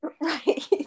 Right